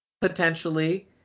potentially